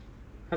sure